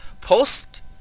post